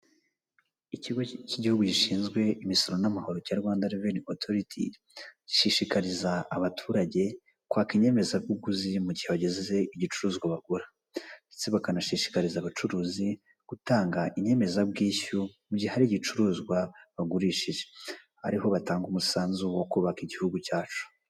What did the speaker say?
Ikigo cy'igihugu gishinzwe imisoro n'amahoro cya Rwanda Revenue Authoritie, gishishikariza abaturage kwaka inyemezabuguzi mu gihe bagize igicuruzwa bagura ndetse bakanashishikariza abacuruzi gutanga inyemezabwishyu mu gihe hari igicuruzwa bagurishije, ariho batanga umusanzu wo kubaka igihugu cyacu.